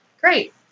Great